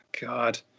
God